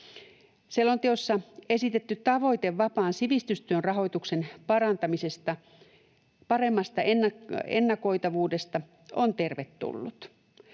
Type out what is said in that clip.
Selonteossa esitetty tavoite vapaan sivistystyön rahoituksen paremmasta ennakoitavuudesta on tervetullut.